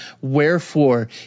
wherefore